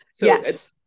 Yes